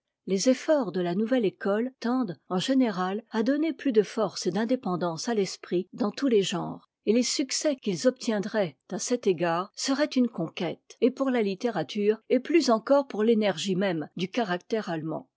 les efforts de la nouvelle école tendent en généra à donner plus de force et d'indépendance à l'esprit dans tous les genres et les succès qu'ils obtiendraient à cet égard seraient une conquête et pour la littérature et plus encore pour l'énergie même du caractère allemand